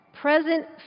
present